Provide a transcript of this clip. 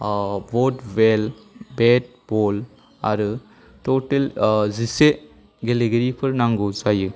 बथ बेल बेट बल आरो टटेल जिसे गेलेगिरिफोर नांगौ जायो